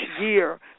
year